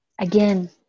again